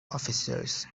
officers